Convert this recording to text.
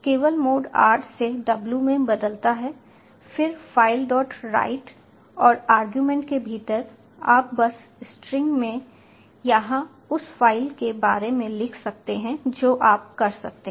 केवल mode r से w में बदलता है फिर filewrite और आर्गुमेंट के भीतर आप बस स्ट्रिंग में यहां उस फाइल के बारे में लिख सकते हैं जो आप कर सकते हैं